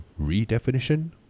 redefinition